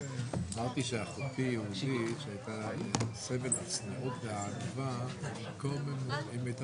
הישיבה ננעלה בשעה 13:35.